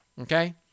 Okay